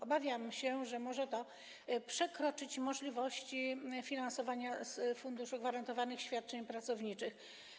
Obawiam się, że może to przekroczyć możliwości finansowania tego z Funduszu Gwarantowanych Świadczeń Pracowniczych.